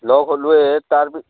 লগ হ'লোঁৱে তাৰ পিছত